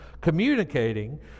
communicating